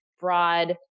broad